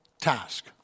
task